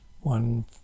one